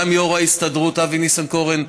גם יו"ר ההסתדרות אבי ניסנקורן.